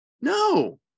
No